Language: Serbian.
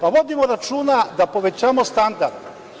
Pa, vodimo računa da povećamo standard.